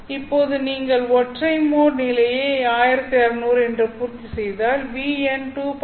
இப்போது நீங்கள் ஒற்றை மோட் நிலையை 1600 என்று பூர்த்திசெய்தால் V எண் 2